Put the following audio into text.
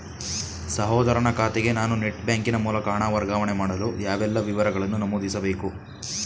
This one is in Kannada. ಸಹೋದರನ ಖಾತೆಗೆ ನಾನು ನೆಟ್ ಬ್ಯಾಂಕಿನ ಮೂಲಕ ಹಣ ವರ್ಗಾವಣೆ ಮಾಡಲು ಯಾವೆಲ್ಲ ವಿವರಗಳನ್ನು ನಮೂದಿಸಬೇಕು?